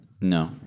No